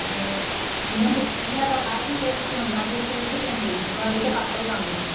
ମୁଁ ନିଅନ୍ତୁ ଆଗ ଖାଇକି ଟେଷ୍ଟ କରନ୍ତୁ ଆଜିର ଟେଷ୍ଟ କେମିତି ହେଇଛି ମୁଁ ଅବିକା ପାର୍ସଲ୍ ବାନ୍ଧୁଛି